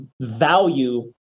value